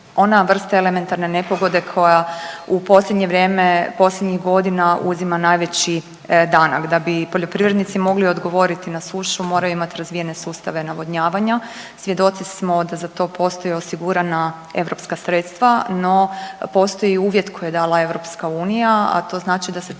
ona vrsta elementarne nepogode koja u posljednje vrijeme, posljednjih godina uzima najveći danak. Da bi poljoprivrednici mogli odgovoriti na sušu moraju imati razvijene sustave navodnjavanja. Svjedoci smo da za to postoje osigurana europska sredstva, no postoji uvjet koji je dala EU, a to znači da se takvi